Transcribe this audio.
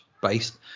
based